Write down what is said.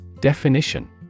Definition